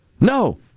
No